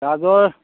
গাজৰ